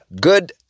Good